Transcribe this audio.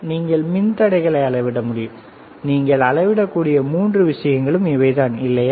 நீங்கள் மின்தடைகளை அளவிட முடியும் நீங்கள் அளவிடக்கூடிய மூன்று விஷயங்களும் இவைதான் இல்லையா